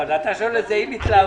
אתה שואל את זה עם התלהבות.